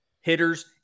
hitters